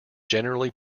generally